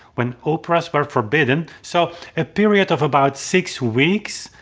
when operas were forbidden, so a period of about six weeks,